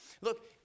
Look